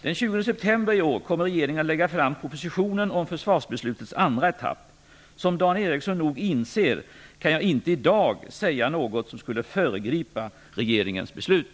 Den 20 september i år kommer regeringen att lägga fram propositionen om försvarsbeslutets andra etapp. Som Dan Ericsson nog inser kan jag inte i dag säga något som skulle föregripa regeringens beslut.